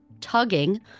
tugging